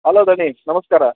hello ದಣಿ ನಮಸ್ಕಾರ